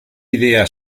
idea